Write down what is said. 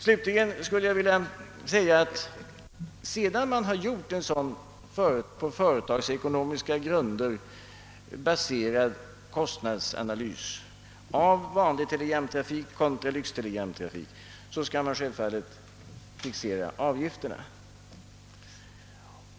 Slutligen skulle jag vilja säga, att sedan man gjort en sådan på företagsekonomiska grunder baserad kostnadsanalys av vanlig telegramtrafik kontra lyxtelegramtrafik, så skall man självfallet fixera avgifterna.